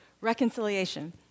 reconciliation